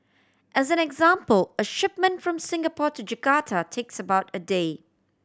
as an example a shipment from Singapore to Jakarta takes about a day